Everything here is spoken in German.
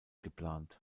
geplant